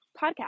podcast